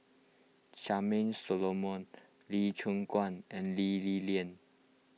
Charmaine Solomon Lee Choon Guan and Lee Li Lian